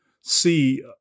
see